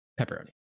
pepperoni